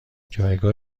جایگاه